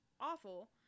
awful